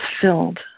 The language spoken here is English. filled